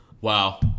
Wow